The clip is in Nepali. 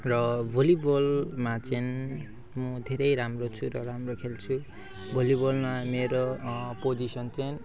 र भलिबलमा चाहिँ म धेरै राम्रो छु र राम्रो खेल्छु भलिबलमा मेरो पोजिसन चाहिँ